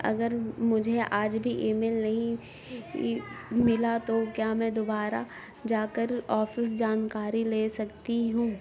اگر مجھے آج بھی ای میل نہیں ملا تو کیا میں دوبارہ جا کر آفس جانکاری لے سکتی ہوں